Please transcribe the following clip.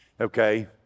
okay